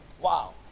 wow